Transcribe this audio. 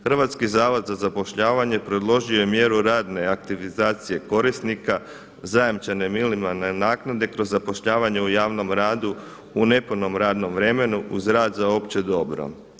Hrvatski zavod za zapošljavanje predložio je mjeru radne aktivizacije korisnika zajamčene minimalne naknade kroz zapošljavanje u javnom radu u nepunom radnom vremenu uz rad za opće dobro.